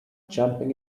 jumping